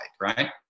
Right